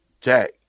Jack